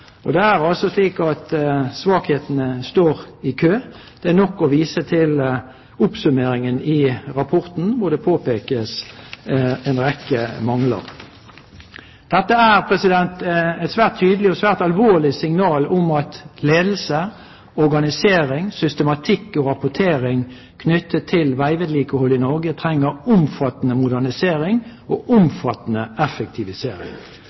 Og det er altså slik at svakhetene står i kø. Det er nok å vise til oppsummeringen i rapporten, hvor det påpekes en rekke mangler. Dette er et svært tydelig og svært alvorlig signal om at ledelse, organisering, systematikk og rapportering knyttet til veivedlikehold i Norge trenger omfattende modernisering og omfattende effektivisering.